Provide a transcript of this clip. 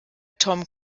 tom